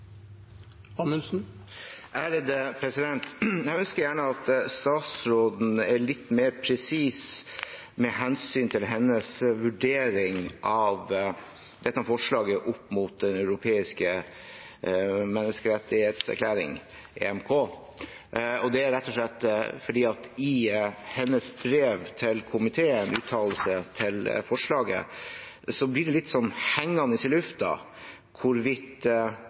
Jeg vil gjerne at statsråden er litt mer presis med hensyn til hennes vurdering av dette forslaget opp mot Den europeiske menneskerettskonvensjon, EMK, rett og slett fordi det i hennes brev til komiteen – uttalelse til forslaget – blir hengende litt i lufta hvorvidt